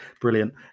Brilliant